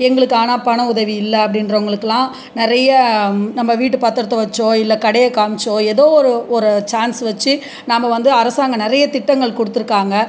எங்களுக்கு ஆனால் பண உதவி இல்லை அப்படின்றவங்களுக்குலாம் நிறைய நம்ம வீட்டு பத்திரத்த வச்சோ இல்லை கடையை காமிச்சோ எதோ ஒரு ஒரு சான்ஸ் வச்சு நம்ம வந்து அரசாங்கம் நிறைய திட்டங்கள் கொடுத்துருக்காங்க